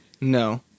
No